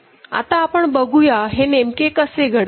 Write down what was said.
आता आपण बघुया हे नेमके कसे घडते